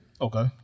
Okay